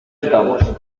estamos